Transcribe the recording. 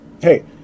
hey